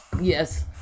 Yes